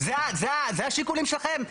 זה השיקולים שלכם?